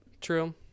true